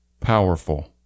Powerful